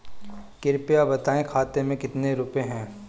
कृपया बताएं खाते में कितने रुपए हैं?